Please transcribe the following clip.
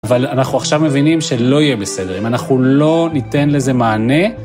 אבל אנחנו עכשיו מבינים שלא יהיה בסדר, אם אנחנו לא ניתן לזה מענה.